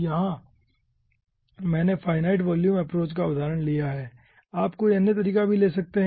यहाँ मैंने finite volume approach का उदाहरण लिया है आप कोई अन्य तरीका भी ले सकते है